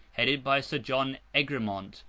headed by sir john egremont,